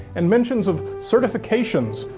and mentions of certifications,